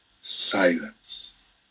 silence